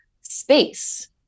space